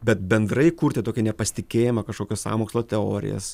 bet bendrai kurti tokį nepasitikėjimą kažkokias sąmokslo teorijas